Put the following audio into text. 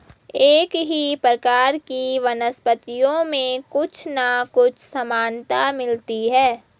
एक ही प्रकार की वनस्पतियों में कुछ ना कुछ समानता मिलती है